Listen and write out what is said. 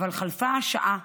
אבל חלפה השעה,